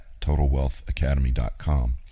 totalwealthacademy.com